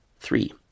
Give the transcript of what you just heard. three